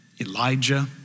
Elijah